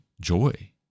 joy